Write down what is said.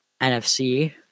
NFC